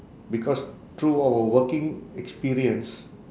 because through our working experience